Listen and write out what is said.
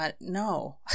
no